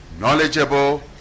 knowledgeable